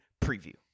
preview